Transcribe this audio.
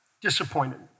disappointed